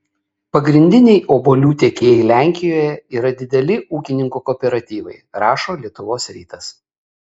pagrindiniai obuolių tiekėjai lenkijoje yra dideli ūkininkų kooperatyvai rašo lietuvos rytas